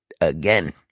again